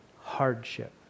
hardship